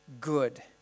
good